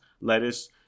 lettuce